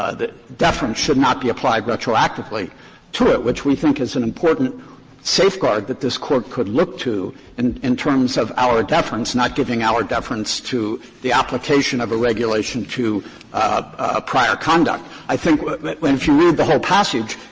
ah that deference should not be applied retroactively to it, which we think is an important safeguard that this court could look to in terms of auer deference, not giving auer deference to the application of a regulation to prior conduct. i think but but when if you read the whole passage,